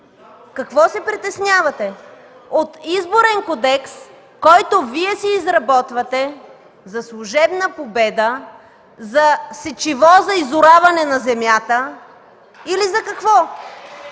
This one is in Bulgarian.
ДЕСИСЛАВА АТАНАСОВА: От Изборен кодекс, който Вие си изработвате за служебна победа, за сечиво за изораване на земята или за какво?